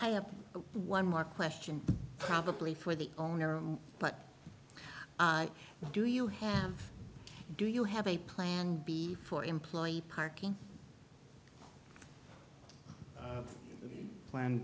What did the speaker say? i have one more question probably for the owner but i do you have do you have a plan b for employee parking plan